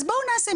אז בואו נעשה.